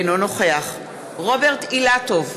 אינו נוכח רוברט אילטוב,